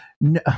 No